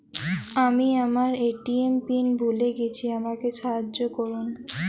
আমি আমার ATM PIN ভুলে গেছি আমাকে সাহায্য করুন